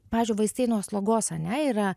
pavyzdžiui vaistai nuo slogos ane yra